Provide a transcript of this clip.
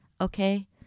Okay